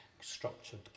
structured